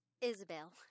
Isabel